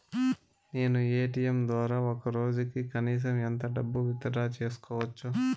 నేను ఎ.టి.ఎం ద్వారా ఒక రోజుకి కనీసం ఎంత డబ్బును విత్ డ్రా సేసుకోవచ్చు?